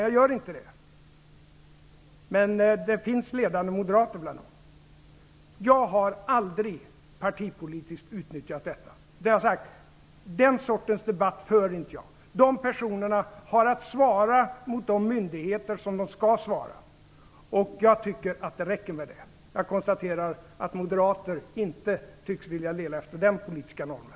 Jag gör inte det, men bland dem finns ledande moderater. Jag har aldrig partipolitiskt utnyttjat detta. Jag har sagt att jag inte för den sortens debatt. De personerna har att svara för de myndigheter de skall svara för, och jag tycker att det räcker. Jag konstaterar att moderater inte tycks vilja leva efter den politiska normen.